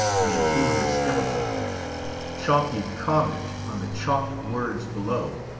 in a human skeleton chalky comment on the chalked words below,